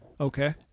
Okay